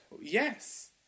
Yes